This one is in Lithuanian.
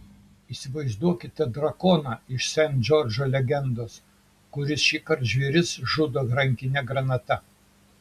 įsivaizduokite drakoną iš sent džordžo legendos kuris šįkart žvėris žudo rankine granata